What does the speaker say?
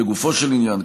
לגופו של עניין,